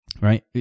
right